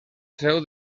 seu